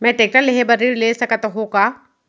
मैं टेकटर लेहे बर ऋण ले सकत हो का?